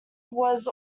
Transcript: was